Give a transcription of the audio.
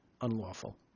unlawful